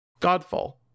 Godfall